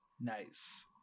Nice